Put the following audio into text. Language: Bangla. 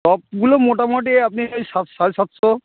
টপগুলো মোটামুটি আপনি ওই সাত সাড়ে সাতশো